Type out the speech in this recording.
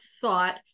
thought